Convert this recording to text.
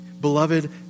Beloved